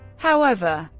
however,